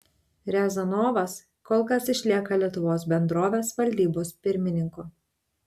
riazanovas kol kas išlieka lietuvos bendrovės valdybos pirmininku